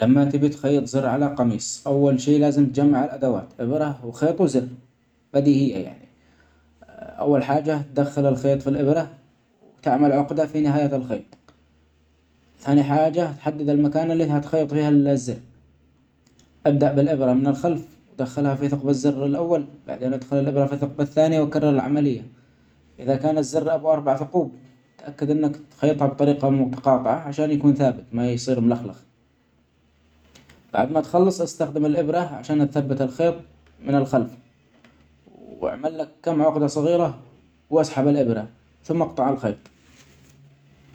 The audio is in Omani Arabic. لما تبغي تخيط زر علي قميص ، أول شئ لازم تجمع الأدوات غرا وخيط وزر بديهية يعني. أول حاجة دخل الخيط في الابرة وتعمل عقدة في نهاية الخيط. ثاني حاجة تحدد المكان اللي هتخيط فيه ال-الزر ، أبدأ بالأبرة من الخلف دخلها في ثقب الزر الأول بعدين دخل الأبره في ثقب الثاني وكرر العملية إذا كان الزر أبو أربع ثقوب تأكد أنك تخيطها بطريقة متقاطعة عشان يكون ثابت ما يصير ملخلخ ، بعد ما تخلص إستخدم الإبره عشان تثبت الخيط من الخلف و وأعملك كام عقدة صغيرة واسحب الإبرة ثم أقطع الخيط.